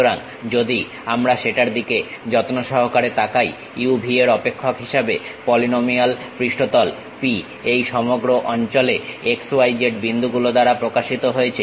সুতরাং যদি আমরা সেটার দিকে যত্ন সহকারে তাকাই u v এর অপেক্ষক হিসাবে পলিনোমিয়াল পৃষ্ঠতল P এই সমগ্র অঞ্চলে x y z বিন্দুগুলো দ্বারা প্রকাশিত হয়েছে